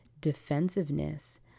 defensiveness